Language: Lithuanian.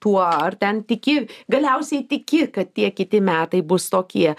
tuo ar ten tiki galiausiai tiki kad tie kiti metai bus tokie